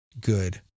good